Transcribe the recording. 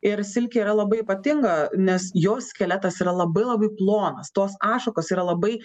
ir silkė yra labai ypatinga nes jos skeletas yra labai labai plonas tos ašakos yra labai